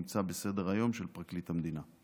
נמצא בסדר-היום של פרקליט המדינה.